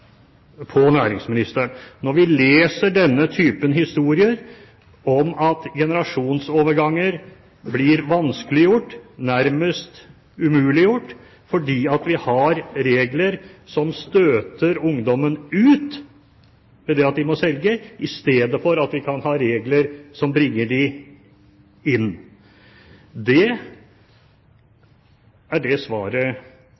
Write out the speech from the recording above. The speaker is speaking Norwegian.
på næringsministeren når vi leser denne typen historier om at generasjonsoverganger blir vanskeliggjort, nærmest umuliggjort, fordi vi har regler som støter ungdommen ut ved det at de må selge, i stedet for at vi kan ha regler som bringer dem inn.